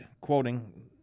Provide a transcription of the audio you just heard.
quoting